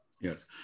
Yes